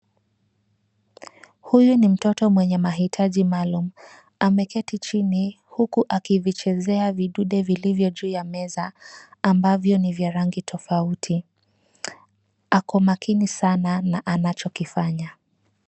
Huyu ni mtoto mwenye mahitaji maalum. Ameketi chini huku akivichezea vidude vilivyo juu ya meza ambavyo ni vya rangi tofauti. Ako makini sana na anachokifanya.